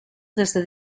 desde